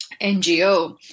NGO